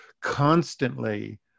constantly